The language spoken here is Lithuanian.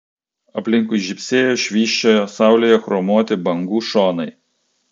aplinkui žybsėjo švysčiojo saulėje chromuoti bangų šonai